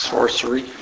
Sorcery